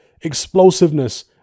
explosiveness